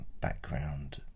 background